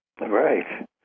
Right